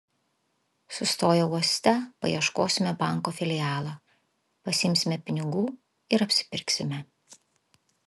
sustoję uoste paieškosime banko filialo pasiimsime pinigų ir apsipirksime